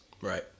Right